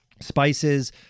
spices